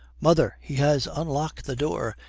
mother, he has unlocked the door!